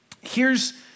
heres